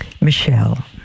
Michelle